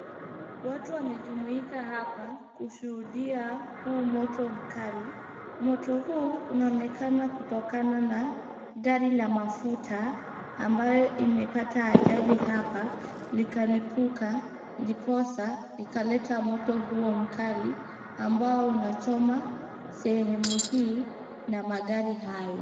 Watu wamejumuika hapa kushuhudia huu moto mkali. Moto huu unaonekana kutokana na gari la mafuta, ambayo imepata ajali hapa likalipuka ndiposa likaleta moto huo mkali ambao unachoma sehemu hii na magari hayo.